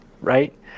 right